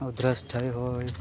ઉધરસ થઈ હોય